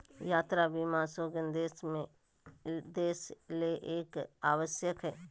यात्रा बीमा शेंगेन देश ले एक आवश्यक हइ